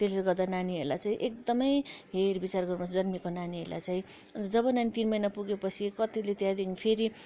त्यसले गर्दा नानीहरूलाई चाहिँ एकदमै हेरविचार गर्नु पर्छ जन्मेको नानीहरूलाई चाहिँ जब नानी तिन महिना पुगेपछि कतिले त्यहाँदेखि फेरि